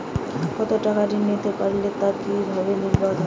কতো টাকা ঋণ নিতে পারবো তা কি ভাবে নির্ধারণ হয়?